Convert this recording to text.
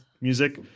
music